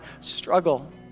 struggle